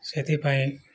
ସେଥିପାଇଁ